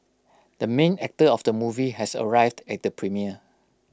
the main actor of the movie has arrived at the premiere